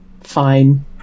Fine